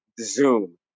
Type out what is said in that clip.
Zoom